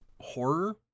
horror